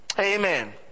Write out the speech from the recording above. Amen